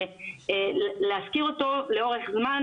להשכיר אותו לאורך זמן.